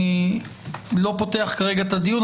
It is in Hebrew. אני לא פותח כרגע את הדיון,